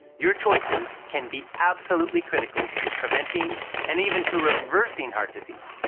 your choices can be absolutely critical to preventing and even to revering heart disease.